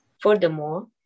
Furthermore